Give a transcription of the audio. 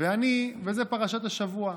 וזה פרשת השבוע.